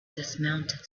dismounted